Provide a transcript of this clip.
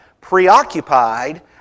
Preoccupied